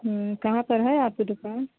कहाँ पर है आपकी दुकान